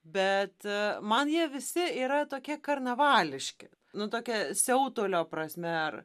bet man jie visi yra tokie karnavališki nu tokia siautulio prasme ar